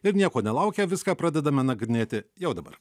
ir nieko nelaukę viską pradedame nagrinėti jau dabar